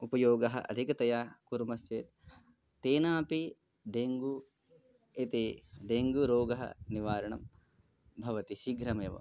उपयोगः अधिकतया कुर्मश्चेत् तेनापि डेङ्गू इति डेङ्गू रोगस्य निवारणं भवति शीघ्रमेव